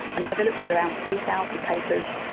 and so they looked at around three thousand papers,